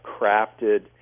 crafted